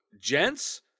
Gents